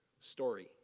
story